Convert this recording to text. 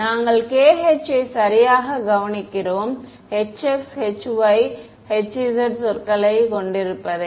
நாங்கள் k h யை சரியாக கவனிக்கிறோம் hx hy hz சொற்களைக் கொண்டிருப்பதை